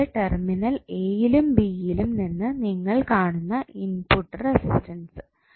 അതായത് terminal A യിലും B യിലും നിന്ന് നിങ്ങൾ കാണുന്ന ഇൻപുട്ട് റെസിസ്റ്റൻസ്